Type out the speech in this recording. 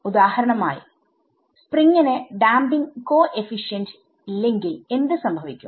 ഉദാഹരണമായി സ്പ്രിംഗിന് ഡാംപിങ് കോഎഫിഷിയന്റ്ഇല്ലെങ്കിൽ എന്ത് സംഭവിക്കും